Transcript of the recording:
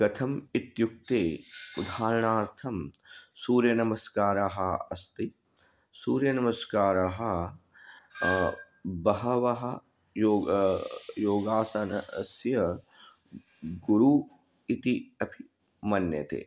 कथम् इत्युक्ते उदाहरणार्थं सूर्यनमस्काराः अस्ति सूर्यनमस्काराः बहवः योगः योगासनस्य गुरुः इति अक् मन्यन्ते